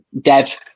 dev